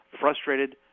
frustrated